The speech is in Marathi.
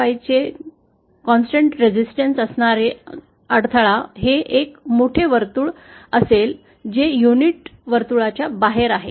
5 चे सतत प्रतिरोध असणारे अडथळा हे एक मोठे वर्तुळ असेल जे युनिट वर्तुळाच्या बाहेर आहे